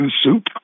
soup